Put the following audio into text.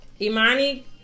Imani